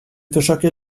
försöker